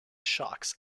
shocks